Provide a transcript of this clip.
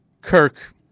Kirk